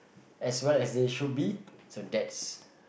as well as they should be so that's